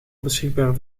beschikbaar